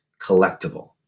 collectible